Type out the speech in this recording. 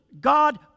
God